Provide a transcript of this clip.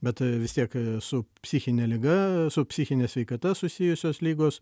bet vis tiek su psichine liga su psichine sveikata susijusios ligos